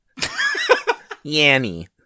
yanny